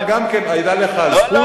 ואתה גם כן, היתה לך הזכות לייצג את המדינה.